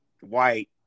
White